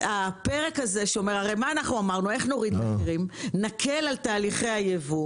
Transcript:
אנחנו אמרנו שנוריד מחירים כאשר נקל על תהליכי הייבוא